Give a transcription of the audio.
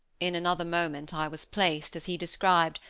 in another moment i was placed, as he described,